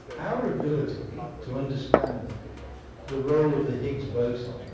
our ability to understand the role of the higgs boson,